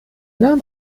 nahm